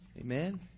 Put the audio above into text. Amen